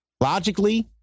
Logically